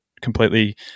completely